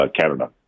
Canada